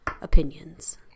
opinions